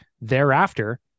thereafter